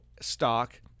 stock